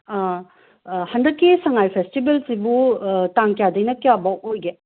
ꯍꯟꯗꯛꯀꯤ ꯁꯉꯥꯏ ꯐꯦꯁꯇꯤꯕꯦꯜꯁꯤꯕꯨ ꯇꯥꯡ ꯀꯌꯥꯗꯩꯅ ꯀꯌꯥꯚꯧ ꯑꯣꯏꯒꯦ